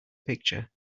picture